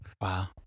wow